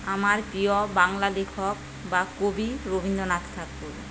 আমার প্রিয় বাংলা লেখক বা কবি রবীন্দ্রনাথ ঠাকুর